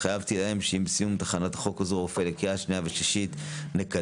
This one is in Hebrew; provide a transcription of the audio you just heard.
התחייבתי להם שעם סיום הכנת החוק הזה לקריאה שנייה ושלישית נקדם